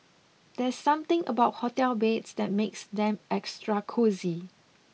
there's something about hotel beds that makes them extra cosy